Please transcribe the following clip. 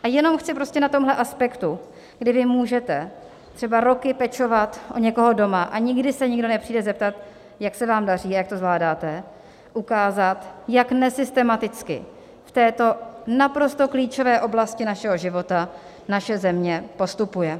A jenom chci na tomhle aspektu, kdy vy můžete třeba roky pečovat o někoho doma a nikdy se nikdo nepřijde zeptat, jak se vám daří a jak to zvládáte, ukázat, jak nesystematicky v této naprosto klíčové oblasti našeho života naše země postupuje.